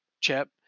chip